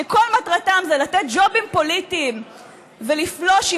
שכל מטרתם זה לתת ג'ובים פוליטיים ולפלוש עם